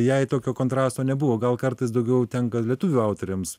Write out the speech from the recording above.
jai tokio kontrasto nebuvo gal kartais daugiau tenka lietuvių autoriams